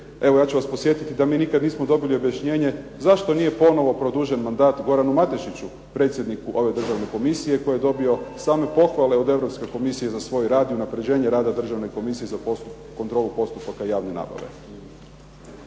Evo ja ću vas podsjetiti da mi nismo nikada dobili objašnjenje, zašto nije ponovno produžen mandat Goranu Matešiću, predsjedniku ove državne komisije, koji je dobio same pohvale od Europske komisije za svoj rad i unapređenje rada Državne komisije za kontrolu postupaka javne nabave.